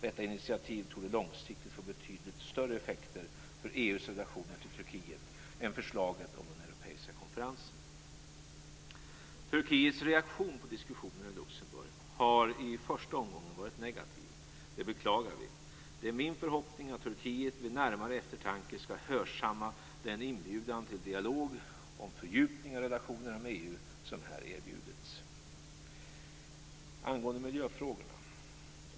Detta initiativ torde långsiktigt få betydligt större effekter för EU:s relationer till Turkiet än förslaget om den europeiska konferensen. Turkiets reaktion på diskussionerna i Luxemburg har i första omgången varit negativ. Det beklagar vi. Det är min förhoppning att Turkiet vid närmare eftertanke skall hörsamma den inbjudan till dialog om fördjupning av relationerna med EU som här har erbjudits. Jag skall säga något om miljöfrågorna.